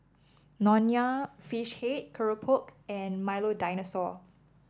Nonya Fish Head keropok and Milo Dinosaur